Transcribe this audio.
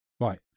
Right